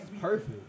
perfect